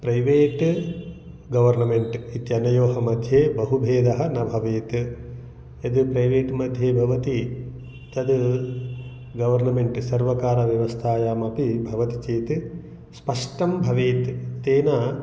private government इत्यनयोः मध्ये बहु भेदः न भवेत् यत् प्रैवेट् मध्ये भवति तत् गवर्नमेण्ट् सर्वकारव्यवस्थायामपि भवति चेत् स्पष्टं भवेत् तेन